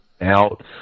out